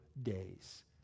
Days